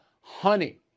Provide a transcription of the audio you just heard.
Honey